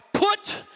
Put